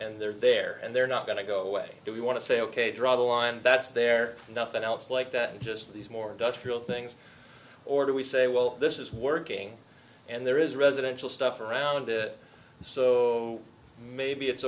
and they're there and they're not going to go away do we want to say ok draw the line that's there nothing else like that just these more just real things or do we say well this is working and there is residential stuff around it so maybe it's